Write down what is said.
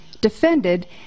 defended